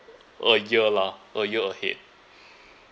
a year lah a year ahead